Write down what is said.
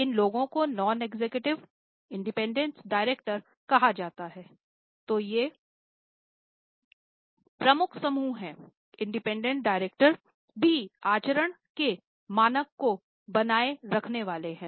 इन लोगों को non executive director भी आचरण के मानक को बनाए रखने वाले हैं